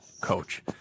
coach